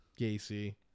Gacy